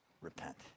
repent